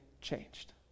changed